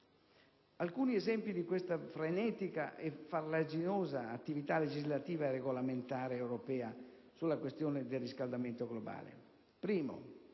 Alcuni esempi di questa frenetica e farraginosa attività legislativa e regolamentare europea sulla questione del riscaldamento globale sono